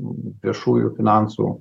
viešųjų finansų